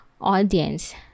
audience